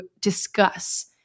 discuss